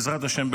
בעזרת השם,